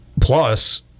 plus